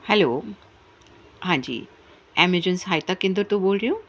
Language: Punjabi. ਹੈਲੋ ਹਾਂਜੀ ਐਮਾਜੋਨ ਸਹਾਇਤਾ ਕੇਂਦਰ ਤੋਂ ਬੋਲ ਰਹੇ ਹੋ